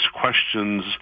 questions